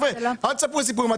אל תספרו לי סיפורים.